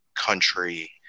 country